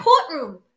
courtroom